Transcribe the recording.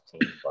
team